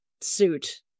suit